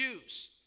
Jews